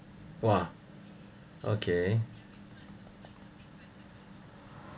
!wah! okay